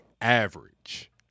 average